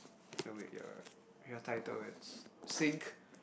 no wait your your title it's sink